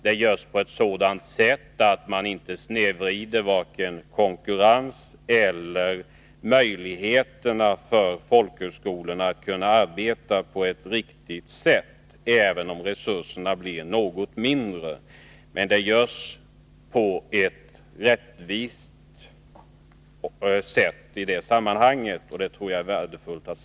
De har utformats på ett sådant sätt att de inte snedvrider vare sig konkurrensen eller möjligheterna för folkhögskolorna att arbeta på ett riktigt sätt, även om resurserna blir något mindre. Det är av betydelse att här kunna framhålla att dessa åtgärder utformats på ett rättvist sätt.